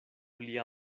lia